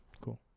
Cool